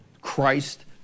Christ